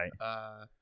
Right